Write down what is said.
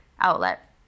outlet